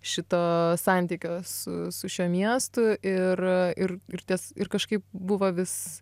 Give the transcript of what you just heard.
šito santykio su su šiuo miestu ir ir ir ties ir kažkaip buvo vis